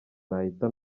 nahita